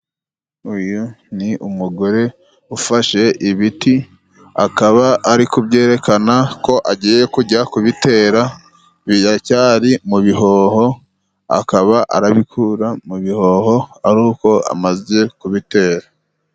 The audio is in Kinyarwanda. uyu ni umugore ufashe ibiti, akaba ari kubyerekana ko agiye kujya kubitera, biracyari mu bihoho akaba arabikura mu bihoho ari uko amaze kubitera.